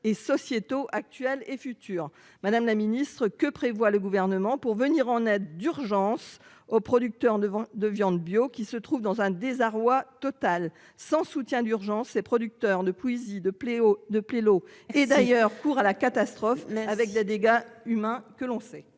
sociétaux actuels et futurs, madame la Ministre, que prévoit le gouvernement pour venir en aide d'urgence aux producteurs devant de viande bio qui se trouve dans un désarroi total sans soutien d'urgence et producteurs de Plouisy de Pleo de Plélo et d'ailleurs court à la catastrophe mais avec des dégâts humains que l'on sait.